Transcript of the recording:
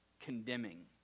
condemning